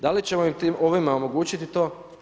Da li ćemo im ovime omogućiti to?